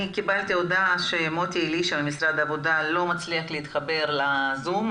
אני קיבלתי הודעה שמוטי אלישע ממשרד העבודה לא מצליח להתחבר לזום,